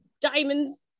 diamonds